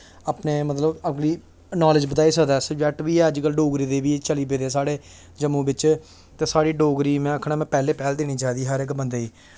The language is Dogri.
अपने मतलब अगली नॉलेज़ बधाई सकदा ऐ सब्जेक्ट बी ऐ अज्ज कल डोगरी दे बी चली पेदे साढ़े जम्मू बिच ते साढ़ी डोगरी गी में आखना कि पैह्ले पैह्ल देनी चाहिदी हर इक बंदे गी